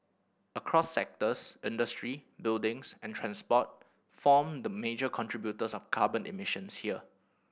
across sectors industry buildings and transport form the major contributors of carbon emissions here